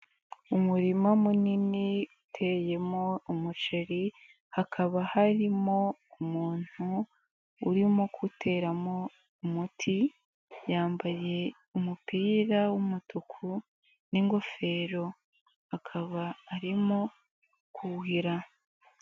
Umurima munini uteyemo umuceri, hakaba harimo umuntu urimo guteramo umuti ,yambaye umupira w'umutuku n'ingofero, akaba arimo kuhira.